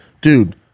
Dude